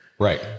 Right